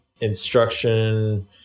instruction